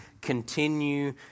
continue